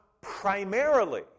primarily